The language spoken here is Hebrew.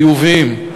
חיוביים,